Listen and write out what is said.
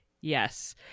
Yes